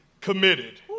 committed